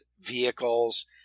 vehicles